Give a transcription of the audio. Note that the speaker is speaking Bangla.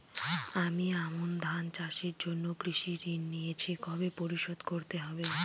আমি আমন ধান চাষের জন্য কৃষি ঋণ নিয়েছি কবে পরিশোধ করতে হবে?